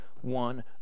one